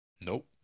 Nope